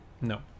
No